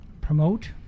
promote